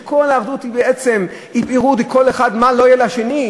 כשכל האחדות היא פירוד וכל אחד עסוק במה לא יהיה לשני,